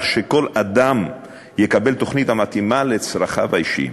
שכל אדם יקבל תוכנית המתאימה לצרכיו האישיים.